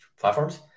platforms